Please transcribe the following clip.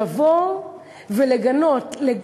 לבוא ולגנות.